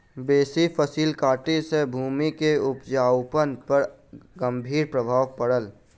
बेसी फसिल कटाई सॅ भूमि के उपजाऊपन पर गंभीर प्रभाव पड़ल